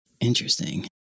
Interesting